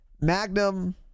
Magnum